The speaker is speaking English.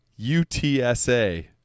UTSA